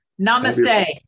Namaste